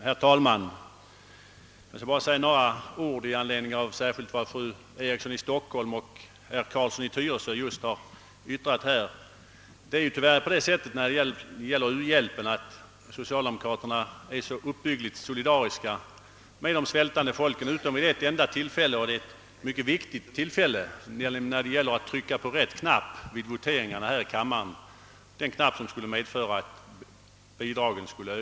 Herr talman! Jag vill bara först säga några få ord i anslutning till vad fru Eriksson i Stockholm och herr Carlsson i Tyresö just har yttrat här. Det förhåller sig tyvärr på det sättet när det gäller u-hjälpen att socialdemokraterna är uppbyggligt solidariska med de svältande folken alltid utom vid ett enda, mycket viktigt tillfälle, nämligen då det är dags att trycka på rätt knapp vid voteringarna här i kammaren, den knapp som skulle medföra att bidragen ökades.